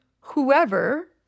whoever